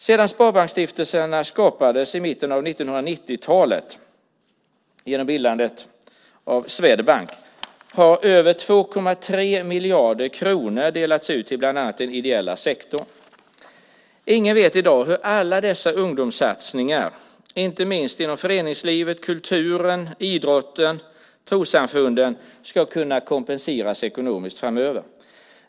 Sedan Sparbanksstiftelserna skapades i mitten av 1990-talet genom bildandet av Swedbank har över 2,3 miljarder kronor delats ut till bland annat den ideella sektorn. Ingen vet i dag hur alla dessa ungdomssatsningar, inte minst inom föreningslivet, kulturen, idrotten och trossamfunden, ska kunna kompenseras ekonomiskt framöver.